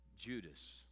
Judas